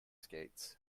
skates